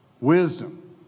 wisdom